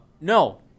No